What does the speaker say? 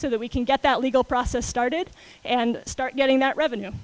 so that we can get that legal process started and start getting that revenue